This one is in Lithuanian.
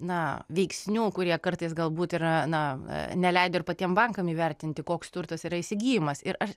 na veiksnių kurie kartais galbūt yra na neleido ir patiem bankam įvertinti koks turtas yra įsigyjamas ir aš